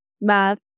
math